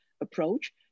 approach